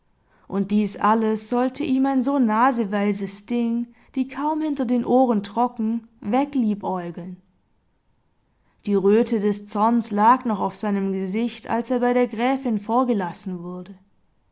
und dies alles sollte ihm ein so naseweises ding die kaum hinter den ohren trocken wegliebäugeln die röte des zorns lag noch auf seinem gesicht als er bei der gräfin vorgelassen wurde